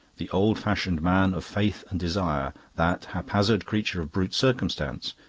the old-fashioned man of faith and desire, that haphazard creature of brute circumstance,